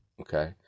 okay